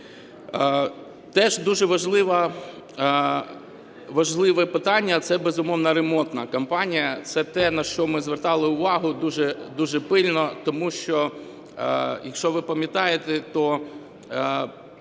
Теж дуже важливе питання – це, безумовно, ремонтна кампанія, це те, на що ми звертали увагу дуже, дуже пильно. Тому що, якщо ви пам'ятаєте, то